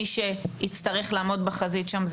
מי שיצטרך לעמוד בחזית שם,